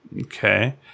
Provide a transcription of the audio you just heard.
Okay